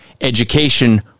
education